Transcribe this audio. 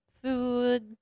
food